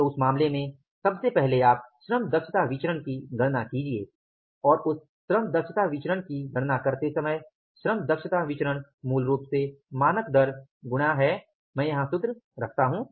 तो उस मामले में सबसे पहले आप श्रम दक्षता विचरण की गणना कीजिये और उस श्रम दक्षता विचरण की गणना करते समय श्रम दक्षता विचरण मूल रूप से मानक दर गुणा है मैं यहाँ सूत्र रखता हूँ